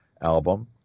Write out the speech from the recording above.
album